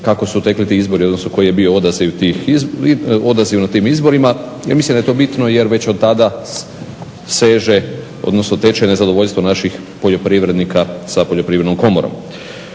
kako su tekli ti izbori, odnosno koji je bio odaziv na tim izborima. Ja mislim da je to bitno jer već od tada seže odnosno teče nezadovoljstvo naših poljoprivrednika sa Poljoprivrednom komorom.